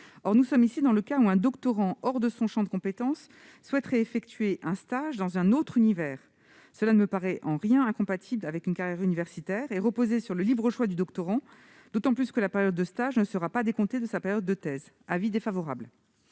Nous nous situons ici dans le cas où un doctorant, hors de son champ de compétences, souhaiterait effectuer un stage dans un autre univers. Cela ne me paraît en rien incompatible avec une carrière universitaire et cela repose sur le libre choix du doctorant, d'autant plus que la période de stage ne sera pas décomptée de sa période de thèse. L'avis est défavorable.